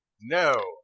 no